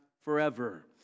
forever